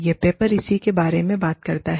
यह पेपर इसी के बारे में बात करता है